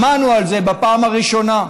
שמענו על זה בפעם הראשונה.